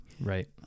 right